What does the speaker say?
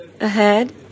Ahead